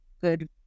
good